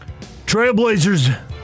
Trailblazers